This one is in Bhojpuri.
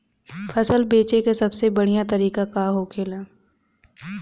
फसल बेचे का सबसे बढ़ियां तरीका का होखेला?